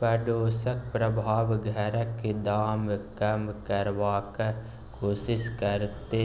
पडोसक प्रभाव घरक दाम कम करबाक कोशिश करते